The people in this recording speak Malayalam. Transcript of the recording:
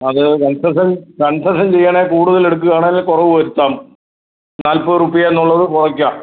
അത് കൺസെഷൻ കൺസെഷൻ ചെയ്യാൻ ആയി കൂടുതൽ എടുക്കുവാണേൽ കുറവ് വരുത്താം നാൽപ്പത് ഉർപ്യാന്ന് ഉള്ളത് കുറയ്ക്കാം